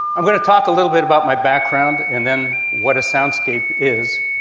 i'm going to talk a little bit about my background and then what a soundscape is,